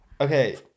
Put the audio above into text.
Okay